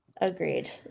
agreed